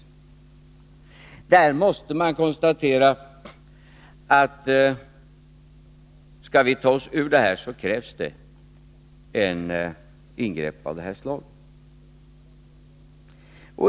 Vi måste då konstatera att skall vi kunna ta oss ur detta, så krävs det ett ingrepp av det här slaget.